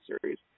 series